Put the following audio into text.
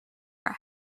are